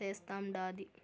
సేస్తాండాది